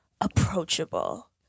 approachable